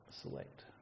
select